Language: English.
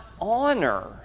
honor